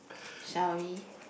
shall we